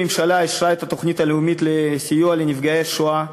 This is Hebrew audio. הממשלה אישרה את התוכנית הלאומית לסיוע לנפגעי השואה,